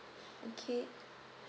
okay